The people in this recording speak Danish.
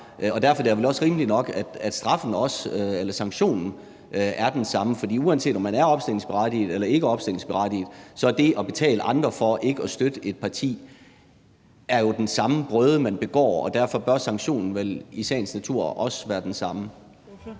derfor er det vel også rimeligt nok, at sanktionen er den samme. For uanset om man er opstillingsberettiget eller ikke er opstillingsberettiget, er det at betale andre for ikke at støtte et parti den samme brøde, der begås, og derfor bør sanktionen vel i sagens natur også være den samme.